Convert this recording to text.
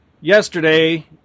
yesterday